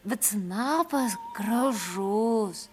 bet snapas gražus